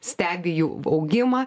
stebi jų augimą